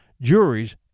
juries